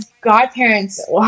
godparents